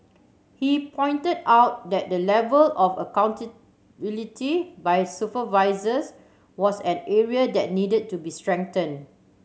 he pointed out that the level of accountability by supervisors was an area that needed to be strengthen